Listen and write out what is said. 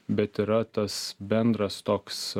bet yra tas bendras toks